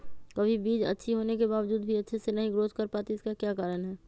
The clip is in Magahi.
कभी बीज अच्छी होने के बावजूद भी अच्छे से नहीं ग्रोथ कर पाती इसका क्या कारण है?